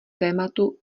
tématu